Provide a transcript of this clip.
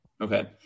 Okay